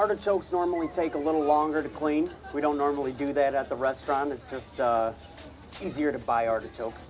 artichokes normally take a little longer to clean we don't normally do that at the restaurant it's just too dear to buy artichokes